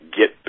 get